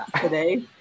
today